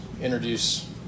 introduce